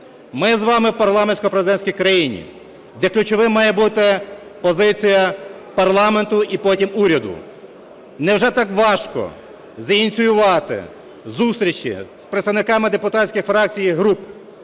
Ми з вами в парламентсько-президентській країні, де ключовим має бути позиція парламенту і потім уряду. Невже так важко зініціювати зустрічі з представниками депутатських фракцій і груп,